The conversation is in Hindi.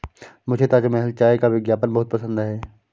मुझे ताजमहल चाय का विज्ञापन बहुत पसंद है